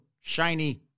shiny